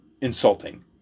insulting